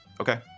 okay